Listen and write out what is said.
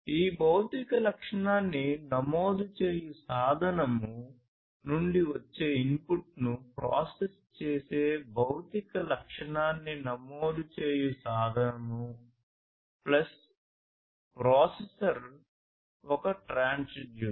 ఈ భౌతిక లక్షణాన్ని నమోదు చేయు సాధనము నుండి వచ్చే ఇన్పుట్ను ప్రాసెస్ చేసే భౌతిక లక్షణాన్ని నమోదు చేయు సాధనము ప్లస్ ప్రాసెసర్ ఒక ట్రాన్స్డ్యూసర్